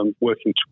working